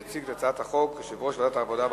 יציג את הצעת החוק יושב-ראש ועדת העבודה,